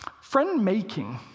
Friend-making